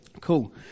Cool